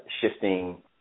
shifting